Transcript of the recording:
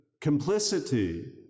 complicity